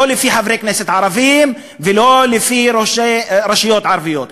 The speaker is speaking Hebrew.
לא לפי חברי כנסת ערבים ולא לפי ראשי רשויות ערביות,